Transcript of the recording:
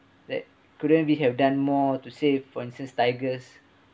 that couldn't we have done more to save for instance tigers